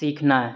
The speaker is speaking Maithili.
सीखनाइ